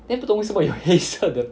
then 不懂为什么有黑色的